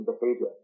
behavior